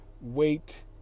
Wait